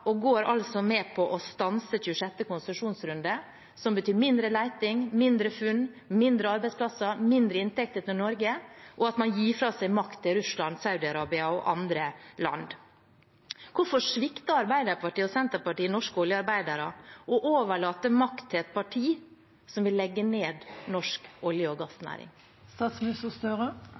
stanse 26. konsesjonsrunde, noe som betyr mindre leting, færre funn, færre arbeidsplasser, mindre inntekter til Norge og at man gir fra seg makt til Russland, Saudi-Arabia og andre land. Hvorfor svikter Arbeiderpartiet og Senterpartiet norske oljearbeidere og overlater makt til et parti som vil legge ned norsk olje- og